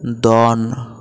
ᱫᱚᱱ